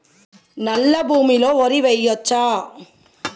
నల్లా భూమి లో వరి వేయచ్చా?